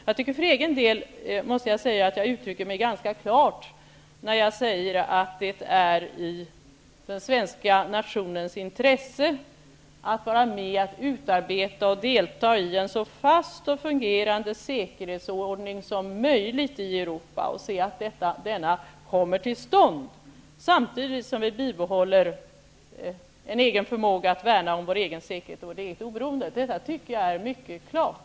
Jag tycker för egen del att jag uttrycker mig ganska klart -- det måste jag säga -- när jag säger att det är i den svenska nationens intresse att vara med och utarbeta och delta i en så fast och fungerande säkerhetsordning som möjligt i Europa och se till att denna kommer till stånd, samtidigt som vi bibehåller vår förmåga att värna om vår egen säkerhet och vårt eget oberoende. Detta tycker jag är mycket klart.